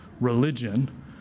religion